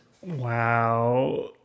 Wow